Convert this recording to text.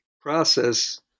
process